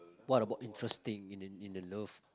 what about interesting in the in the love